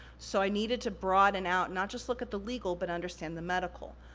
so, i needed to broaden out, not just look at the legal, but understand the medical.